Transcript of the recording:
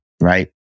right